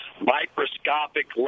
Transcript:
microscopic